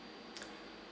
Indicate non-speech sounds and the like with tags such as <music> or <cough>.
<noise>